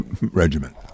regiment